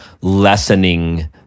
lessening